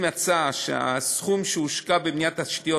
אם מצא שהסכום שהושקע בבניית התשתיות